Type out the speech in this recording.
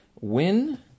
win